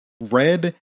red